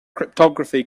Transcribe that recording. cryptography